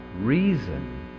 reason